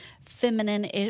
feminine